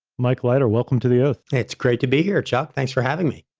mike leiter, welcome to the oath. it's great to be here, chuck, thanks for having me.